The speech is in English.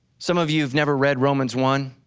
some of you have never read romans one,